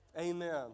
Amen